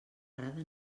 agrada